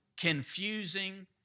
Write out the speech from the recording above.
confusing